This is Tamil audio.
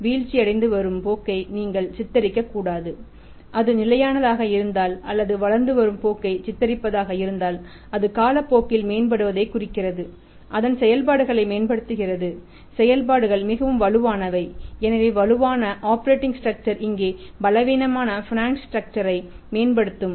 வீழ்ச்சியடைந்து வரும் போக்கை நீங்கள் சித்தரிக்கக் கூடாது அது நிலையானதாக இருந்தால் அல்லது வளர்ந்து வரும் போக்கை சித்தரிப்பதாக இருந்தால் அது காலப்போக்கில் மேம்படுவதைக் குறிக்கிறது அதன் செயல்பாடுகளை மேம்படுத்துகிறது செயல்பாடுகள் மிகவும் வலுவானவை எனவே வலுவான ஆப்பரேட்டிங் ஸ்ட்ரக்சர் ஐ மேம்படுத்தும்